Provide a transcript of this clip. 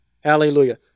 Hallelujah